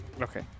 Okay